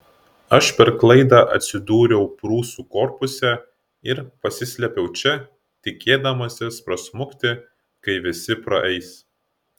aš per klaidą atsidūriau prūsų korpuse ir pasislėpiau čia tikėdamasis prasmukti kai visi praeis